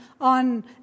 on